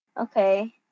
okay